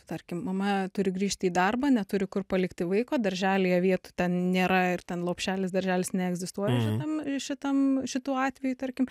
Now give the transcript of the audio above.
tarkim mama turi grįžt į darbą neturi kur palikti vaiko darželyje vietų ten nėra ir ten lopšelis darželis neegzistuoja šitam šitam šituo atveju tarkim